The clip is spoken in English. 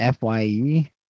fye